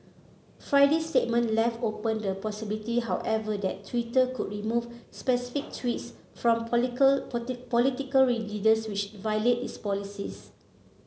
Friday's statement left open the possibility however that Twitter could remove specific tweets from political leaders which violate its policies